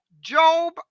Job